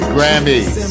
Grammys